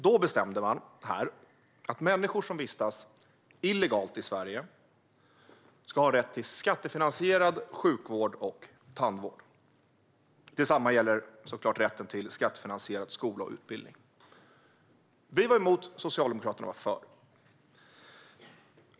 Då bestämde man att människor som vistas illegalt i Sverige ska ha rätt till skattefinansierad sjukvård och tandvård samt rätt till skattefinansierad skola och utbildning. Vi var emot, Socialdemokraterna var för.